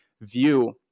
view